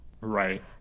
Right